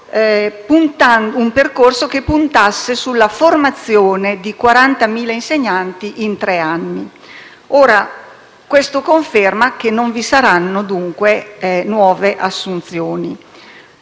un percorso che puntasse sulla formazione di 40.000 insegnanti in tre anni: questo conferma che non vi saranno dunque nuove assunzioni.